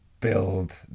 build